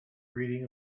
reading